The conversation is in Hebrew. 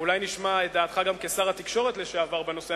אולי נשמע את דעתך גם כשר התקשורת לשעבר בנושא.